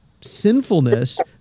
sinfulness